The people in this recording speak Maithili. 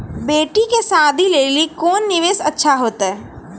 बेटी के शादी लेली कोंन निवेश अच्छा होइतै?